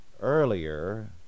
earlier